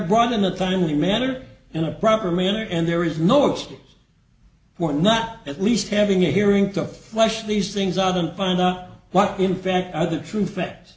brought in a timely manner in a proper manner and there is no excuse for not at least having a hearing to flesh these things out and find out what in fact are the true fact